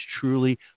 truly